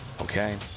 Okay